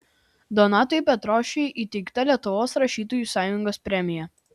donatui petrošiui įteikta lietuvos rašytojų sąjungos premija